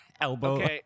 Elbow